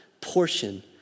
portion